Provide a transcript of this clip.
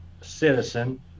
citizen